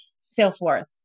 self-worth